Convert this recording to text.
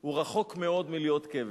הוא רחוק מאוד מלהיות כבש.